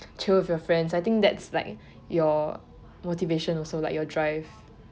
chill with your friends I think that's like your motivation also like your drive